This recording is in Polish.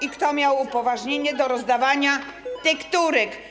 i kto miał upoważnienie do rozdawania [[Dzwonek, oklaski]] tekturek?